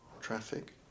traffic